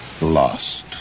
Lost